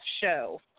show